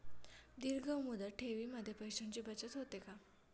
दीर्घ मुदत ठेवीमध्ये पैशांची बचत होते का?